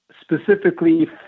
specifically